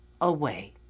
away